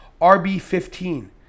RB15